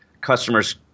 customers